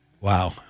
Wow